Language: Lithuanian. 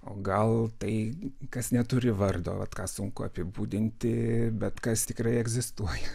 o gal tai kas neturi vardovat ką sunku apibūdinti bet kas tikrai egzistuoja